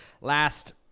last